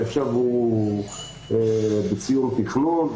שהוא בתכנון.